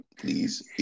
please